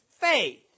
faith